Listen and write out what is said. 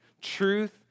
truth